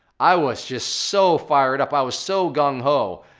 i was just so fired up, i was so gung-ho,